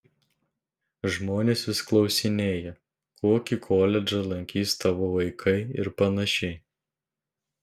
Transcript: žmonės vis klausinėja kokį koledžą lankys tavo vaikai ir panašiai